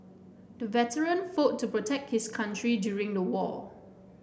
the veteran fought to protect his country during the war